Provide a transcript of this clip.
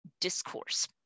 discourse